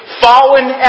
fallen